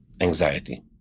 anxiety